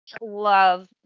Love